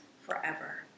forever